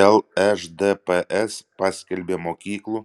lšdps paskelbė mokyklų